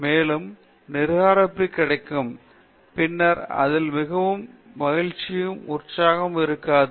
மேலும் மேலும் நிராகரிப்பு கிடைக்கும் பின்னர் அதில் மிகவும் மகிழ்ச்சியும் உற்சாகமும் இருக்காது